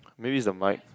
maybe it's a mic